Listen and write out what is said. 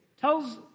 tells